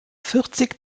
vierzig